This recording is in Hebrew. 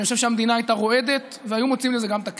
אני חושב שהמדינה הייתה רועדת והיו מוצאים לזה גם את הכסף.